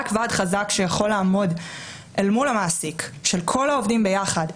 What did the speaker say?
רק ועד חזק שיכול לעמוד אל מול המעסיק של כל העובדים ביחד,